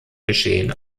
geschehen